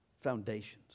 foundations